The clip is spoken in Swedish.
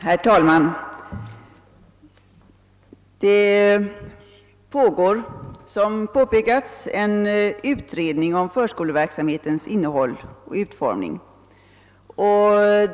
Herr talman! Såsom påpekats pågår en utredning om förskoleverksamhetens innehåll och utformning.